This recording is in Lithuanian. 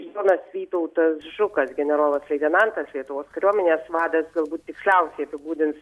jonas vytautas žukas generolas leitenantas lietuvos kariuomenės vadas galbūt tiksliausiai apibūdins